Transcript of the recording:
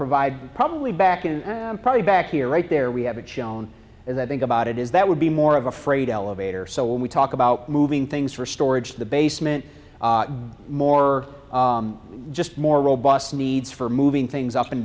provide probably back and probably back here right there we haven't shown as i think about it is that would be more of a freight elevator so when we talk about moving things for storage the basement more just more robust needs for moving things up and